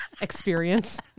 Experience